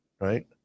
right